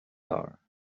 are